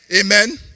Amen